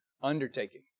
undertaking